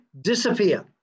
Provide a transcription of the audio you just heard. disappear